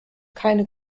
keine